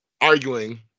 arguing